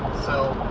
so